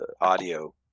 audio